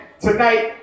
Tonight